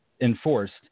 enforced